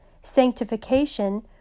Sanctification